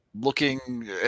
looking